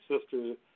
sister's